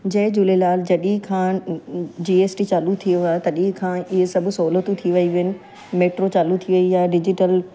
जय झूलेलाल जॾहिं खां जी ऐस टी चालू थियो आहे तॾहिं खां इहे सभु सहूलियतूं थी वियूं आहिनि मैट्रो चालू थी वई आहे डिजिटल